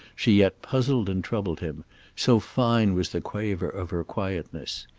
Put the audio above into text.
she yet puzzled and troubled him so fine was the quaver of her quietness.